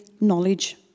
knowledge